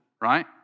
right